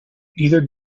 neither